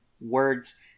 words